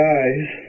eyes